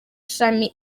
shami